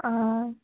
অ